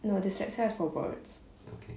no dyslexia is for words